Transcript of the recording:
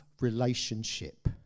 relationship